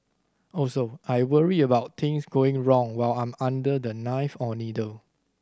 also I worry about things going wrong while I'm under the knife or needle